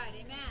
Amen